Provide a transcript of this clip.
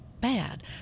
bad